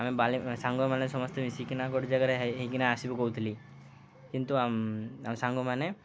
ଆମେ ସାଙ୍ଗମାନେ ସମସ୍ତେ ମିଶିକିନା ଗୋଟେ ଜାଗାରେ ହୋଇକିନା ଆସିବୁ କହୁଥିଲି କିନ୍ତୁ ଆମ ସାଙ୍ଗମାନେ